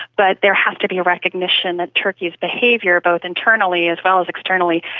but there has to be a recognition that turkey's behaviour, both internally as well as externally,